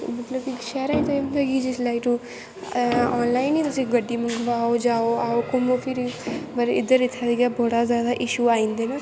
मतलब कि शैह्रैं च ते होंदा कि जिसलै तुस आनलाईन गै तुस गड्डी मंगवाओ आओ जाओ घूमो फिरी पर इद्धर इत्थै आइयै बड़े जैदा इशू आई जंदे न